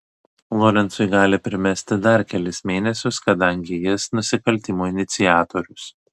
lorencui gali primesti dar kelis mėnesius kadangi jis nusikaltimo iniciatorius